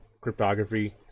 cryptography